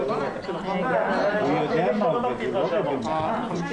השקלים לילד שביקשתי הוא מעבר לכל ההסכמות.